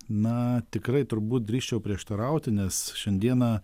na tikrai turbūt drįsčiau prieštarauti nes šiandieną